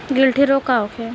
गिल्टी रोग का होखे?